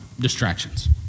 distractions